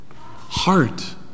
Heart